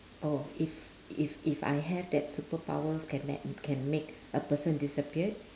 oh if if if I have that superpower can that can make a person disappeared